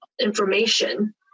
information